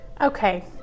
Okay